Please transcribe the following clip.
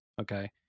okay